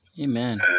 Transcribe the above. Amen